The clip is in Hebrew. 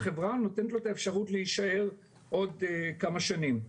החברה נותנת לו את האפשרות להישאר עוד כמה שנים.